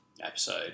episode